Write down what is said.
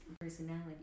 personality